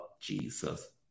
Jesus